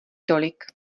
tolik